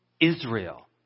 Israel